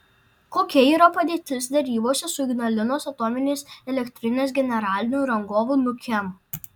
kokia yra padėtis derybose su ignalinos atominės elektrinės generaliniu rangovu nukem